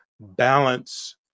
balance